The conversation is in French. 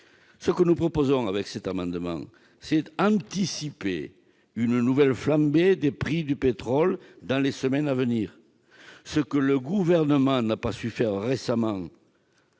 Ce que nous proposons, au travers de cet amendement, c'est d'anticiper une nouvelle flambée du prix du pétrole dans les semaines à venir, ce que le Gouvernement n'a pas su faire récemment